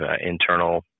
internal